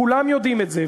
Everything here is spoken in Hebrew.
כולם יודעים את זה,